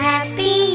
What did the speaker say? Happy